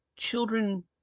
children